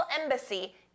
embassy